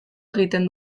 egiten